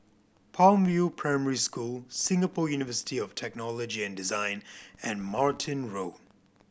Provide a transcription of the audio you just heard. Palm View Primary School Singapore University of Technology and Design and Martin Road